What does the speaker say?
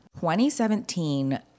2017